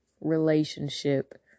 relationship